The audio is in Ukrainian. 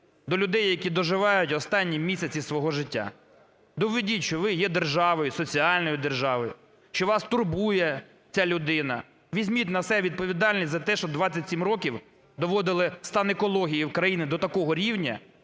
До людей, які доживають останні місяці свого життя. Доведіть, що ви є державою, соціальною державою, що вас турбує ця людина. Візьміть на себе відповідальність за те, що 27 років доводили стан екології в країні до такого рівня,